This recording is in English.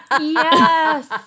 yes